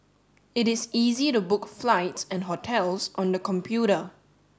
it is easy to book flights and hotels on the computer